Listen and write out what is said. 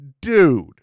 Dude